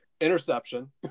interception